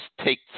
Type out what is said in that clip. take